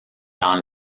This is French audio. dans